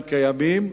הם קיימים,